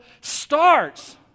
starts